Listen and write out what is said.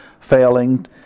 failing